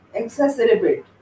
exacerbate